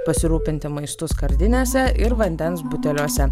pasirūpinti maistu skardinėse ir vandens buteliuose